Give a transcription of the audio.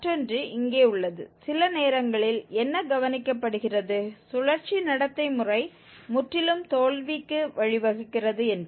மற்றொன்று இங்கே உள்ளது சில நேரங்களில் என்ன கவனிக்கப்படுகிறது சுழற்சி நடத்தை முறை முற்றிலும் தோல்விக்கு வழிவகுக்கிறது என்று